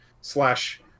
slash